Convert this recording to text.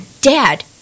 dad